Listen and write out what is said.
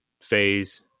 phase